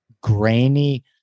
grainy